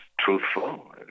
truthful